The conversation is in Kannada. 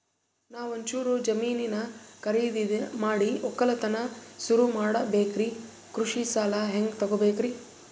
ನಾ ಒಂಚೂರು ಜಮೀನ ಖರೀದಿದ ಮಾಡಿ ಒಕ್ಕಲತನ ಸುರು ಮಾಡ ಬೇಕ್ರಿ, ಕೃಷಿ ಸಾಲ ಹಂಗ ತೊಗೊಬೇಕು?